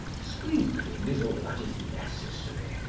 sprinkling is all that is necessary,